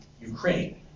Ukraine